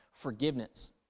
forgiveness